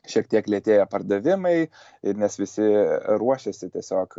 šiek tiek lėtėja pardavimai ir nes visi ruošiasi tiesiog